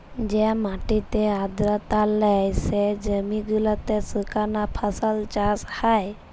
যে মাটিতে আদ্রতা লেই, সে জমি গিলাতে সুকনা ফসল চাষ হ্যয়